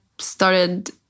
started